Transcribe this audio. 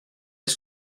est